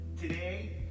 today